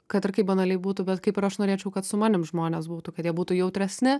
kad ir kaip banaliai būtų bet kaip ir aš norėčiau kad su manim žmonės būtų kad jie būtų jautresni